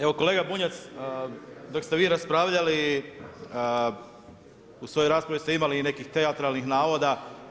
Evo kolega Bunjac, dok ste vi raspravljali u svojoj raspravi ste imali nekakvih teatralnih navoda.